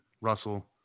Russell